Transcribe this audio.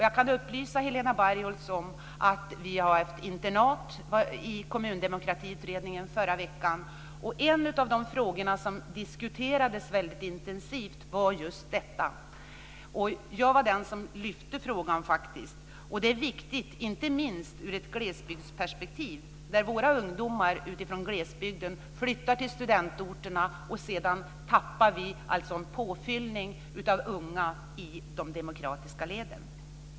Jag kan upplysa Helena Bargholtz om att vi hade ett internat i Kommundemokratikommittén förra veckan, och en av de frågor som diskuterades väldigt intensivt var just denna. Jag var den som lyfte upp frågan. Det är viktigt, inte minst ur ett glesbygdsperspektiv, när våra ungdomar från glesbygden flyttar till studentorterna och vi tappar en påfyllning av unga i de demokratiska leden.